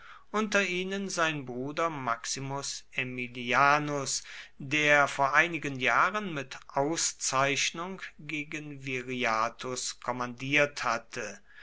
unter ihnen sein bruder maximus aemilianus der vor einigen jahren mit auszeichnung gegen viriathus kommandiert hatte